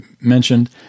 mentioned